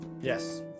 Yes